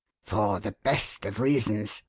for the best of reasons,